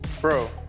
bro